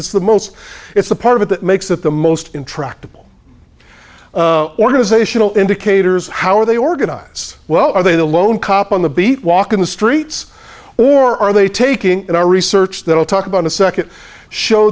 it's the most it's the part of it that makes it the most intractable organizational indicators how are they organize well are they the lone cop on the beat walking the streets or are they taking in our research that will talk about a second show